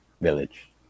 village